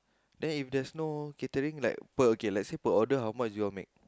then if there's no catering like per okay let's say per order how much you all make